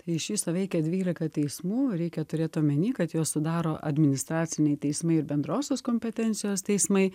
tai iš viso veikia dvylika teismų reikia turėt omeny kad juos sudaro administraciniai teismai ir bendrosios kompetencijos teismai